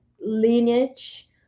lineage